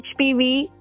HPV